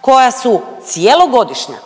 koja su cjelogodišnja